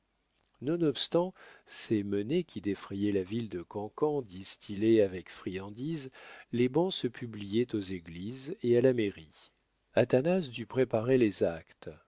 nonobstant ces menées qui défrayaient la ville de cancans distillés avec friandise les bans se publiaient aux églises et à la mairie athanase dut préparer les actes